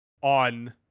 on